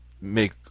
make